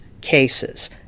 cases